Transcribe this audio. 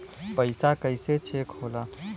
पैसा कइसे चेक होला?